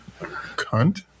Cunt